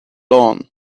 loan